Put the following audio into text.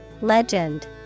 Legend